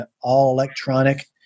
all-electronic